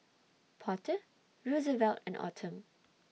Porter Rosevelt and Autumn